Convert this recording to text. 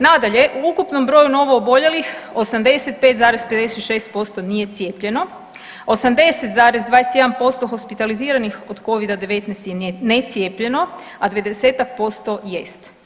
Nadalje, u ukupnom broju novooboljelih 85,56% nije cijepljeno, 80,21% hospitaliziranih od Covida-19 je necijepljeno, a 20-tak posto jest.